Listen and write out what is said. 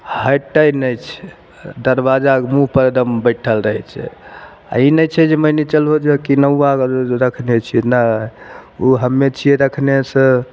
हटै नहि छै दरबाजाक मुँहपर एगदम बैठल रहै छै आ ई नहि छै जे मानि लिय चलहो जाइ की नौआ बला रखने छियै नहि ओ हम्मे छियै रखने से